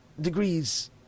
degrees